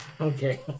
Okay